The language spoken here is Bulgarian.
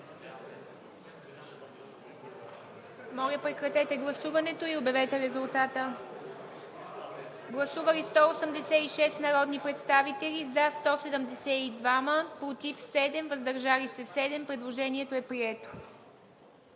Моля, прекратете гласуването и обявете резултата. Гласували 189 народни представители: за 189, против и въздържали се няма. Предложението е прието.